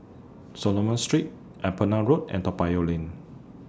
Solomon Street Upavon Road and Toa Payoh Lane